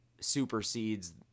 supersedes